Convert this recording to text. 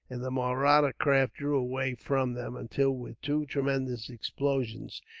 and the mahratta craft drew away from them until, with two tremendous explosions,